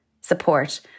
support